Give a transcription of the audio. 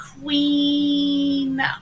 Queen